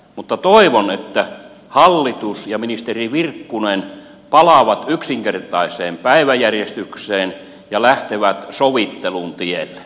mutta toivon että hallitus ja ministeri virkkunen palaavat yksinkertaiseen päiväjärjestykseen ja lähtevät sovittelun tielle